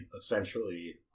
essentially